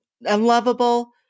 unlovable